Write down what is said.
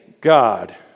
God